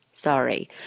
sorry